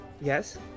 yes